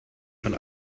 von